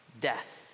death